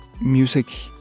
Music